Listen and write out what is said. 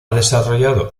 desarrollado